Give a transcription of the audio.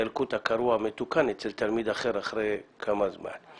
הילקוט הקרוע מתוקן אצל תלמיד אחר אחרי כמה זמן.